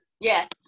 Yes